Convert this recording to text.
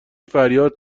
فریاد